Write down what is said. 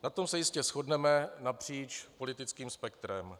Na tom se jistě shodneme napříč politickým spektrem.